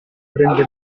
prende